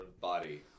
body